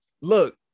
look